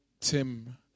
Tim